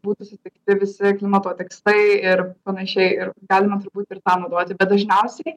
būtų sutikti visi klimato tikslai ir panašiai ir galima turbūt ir tą naudoti bet dažniausiai